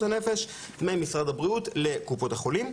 הנפש הועברה ממשרד הבריאות לקופות החולים.